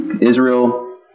Israel